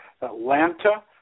Atlanta